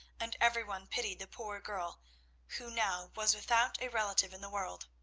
and every one pitied the poor girl who now was without a relative in the world.